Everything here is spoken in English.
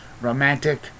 Romantic